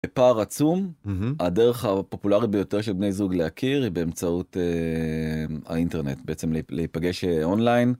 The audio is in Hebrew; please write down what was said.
פער עצום הדרך הפופולרית ביותר של בני זוג להכיר היא באמצעות האינטרנט בעצם להיפגש אונליין.